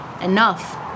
enough